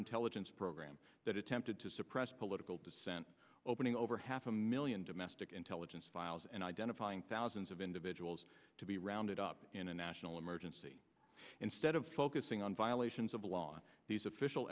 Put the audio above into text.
intelligence program that attempted to suppress political dissent opening over half a million domestic intelligence files and identifying thousands of individuals to be rounded up in a national emergency instead of focusing on violations of law these official